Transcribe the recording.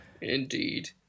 Indeed